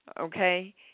Okay